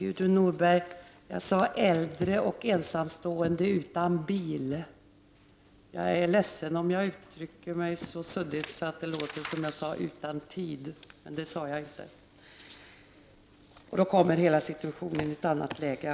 Herr talman! Jag talade om äldre och ensamstående utan bil, Gudrun Norberg. Jag är ledsen om jag uttryckte mig så suddigt att det lät som om jag sade ”utan tid”. Det var inte så jag menade, och då kommer saken i ett annat läge.